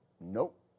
Nope